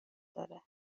داره